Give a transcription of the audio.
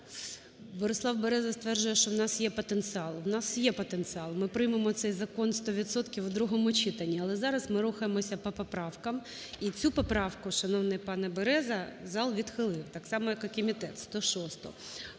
Борислав Береза стверджує, що у нас є потенціал. У нас є потенціал, ми приймемо цей закон 100 відсотків у другому читанні. Але зараз ми рухаємося по поправкам. І цю поправку, шановний пане Береза, зал відхилив так само, як і комітет, 106-у.